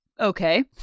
okay